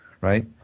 right